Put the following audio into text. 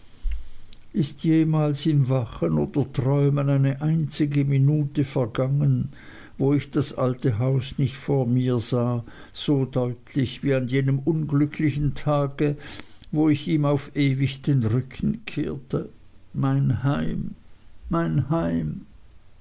ist jemals im wachen oder im träumen eine einzige minute vergangen wo ich das alte haus nicht vor mir sah so deutlich wie an jenem unglücklichen tage wo ich ihm auf ewig den rücken kehrte mein heim mein heim